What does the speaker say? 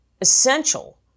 essential